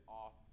off